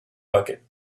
bucket